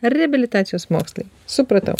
ar reabilitacijos mokslai supratau